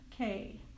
Okay